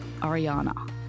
Ariana